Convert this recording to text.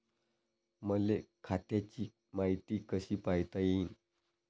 मले खात्याची मायती कशी पायता येईन?